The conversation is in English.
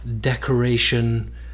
decoration